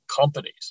companies